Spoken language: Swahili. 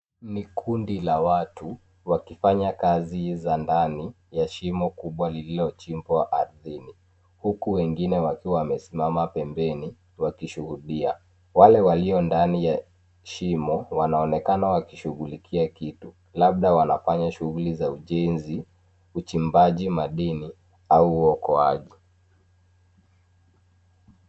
Ni kundi la watu wakifanya kazi za ndani ya shimo kubwa lililochimbwa ardhini, huku wngine wakiwa wamesimama pembeni wakishuhudia. Wale walio ndani ya shimo, wanaonekana wakishughulikia kitu, labda wanafanya shughuli za ujenzi, uchimbaji madini au uokoaji.